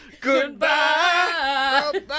Goodbye